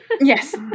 Yes